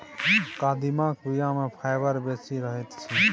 कदीमाक बीया मे फाइबर बेसी रहैत छै